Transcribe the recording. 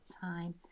time